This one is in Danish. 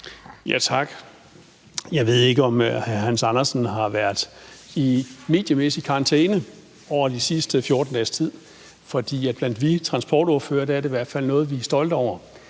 Tak. Jeg ved ikke, om hr. Hans Andersen har været i mediemæssig karantæne i de sidste 14 dages tid, for blandt os transportordførere er der i hvert fald noget, vi er stolte over,